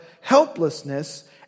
helplessness